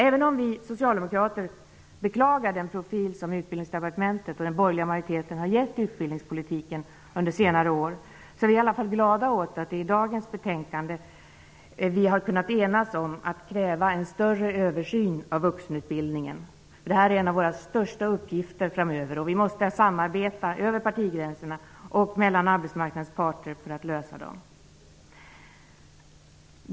Även om vi socialdemokrater beklagar den profil som Utbildningsdepartementet och den borgerliga majoriteten har gett utbildningspolitiken under senare år, är vi glada åt att vi i dagens betänkande har kunnat enas om att kräva en större översyn av vuxenutbildningen. Det är en av våra största uppgifter framöver. Vi måste samarbeta över partigränserna och arbetsmarknadens parter för att lösa den.